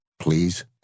Please